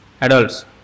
Adults